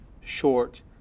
short